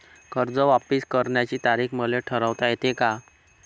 कर्ज वापिस करण्याची तारीख मले ठरवता येते का?